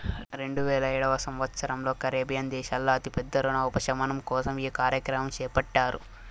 రెండువేల ఏడవ సంవచ్చరంలో కరేబియన్ దేశాల్లో అతి పెద్ద రుణ ఉపశమనం కోసం ఈ కార్యక్రమం చేపట్టారు